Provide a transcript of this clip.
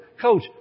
coach